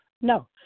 No